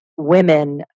women